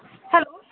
hello